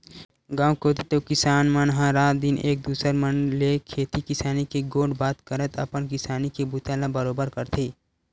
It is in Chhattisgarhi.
गाँव कोती तो किसान मन ह रात दिन एक दूसर मन ले खेती किसानी के गोठ बात करत अपन किसानी के बूता ला बरोबर करथे